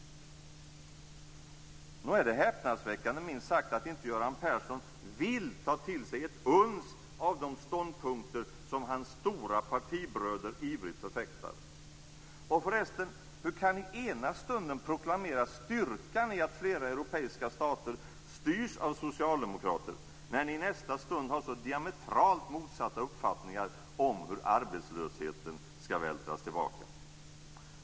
Men nog är det häpnadsväckande minst sagt att inte Göran Persson vill ta till sig ett uns av de ståndpunkter som hans stora partibröder ivrigt förfäktar. Och förresten, hur kan ni ena stunden proklamera styrkan i att flera europeiska stater styrs av socialdemokrater, när ni i nästa stund har så diametralt motsatta uppfattningar om ur arbetslösheten skall vältras tillbaka?